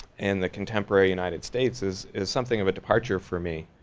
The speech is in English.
and the contemporary united states is is something of a departure for me.